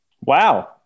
Wow